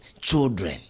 children